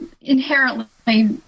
inherently